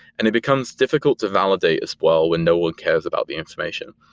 and it becomes difficult to validate as well when no one cares about the information.